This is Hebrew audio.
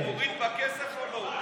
זה מוריד בכסף או לא?